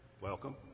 welcome